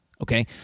okay